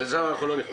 לזה אנחנו לא נכנסים.